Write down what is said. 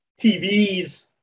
TVs